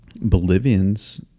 Bolivians